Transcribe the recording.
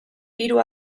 hiru